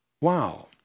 Wow